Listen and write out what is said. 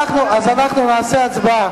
אנחנו נצביע.